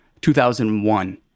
2001